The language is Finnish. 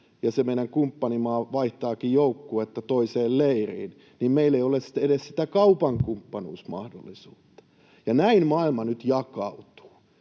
ja se meidän kumppanimaa vaihtaakin joukkuetta toiseen leiriin, niin meillä ei ole sitten edes sitä kaupan kumppanuusmahdollisuutta. Näin maailma nyt jakautuu,